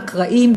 אקראיים,